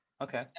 okay